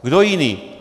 Kdo jiný?